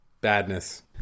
badness